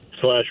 slash